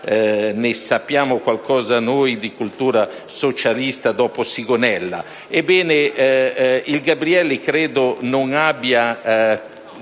ne sappiamo qualcosa noi di cultura socialista dopo Sigonella.